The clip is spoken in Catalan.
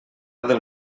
del